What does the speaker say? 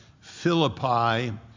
Philippi